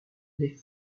les